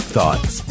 Thoughts